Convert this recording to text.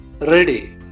Ready